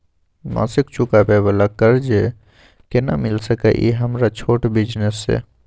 मासिक चुकाबै वाला कर्ज केना मिल सकै इ हमर छोट बिजनेस इ?